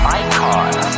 icons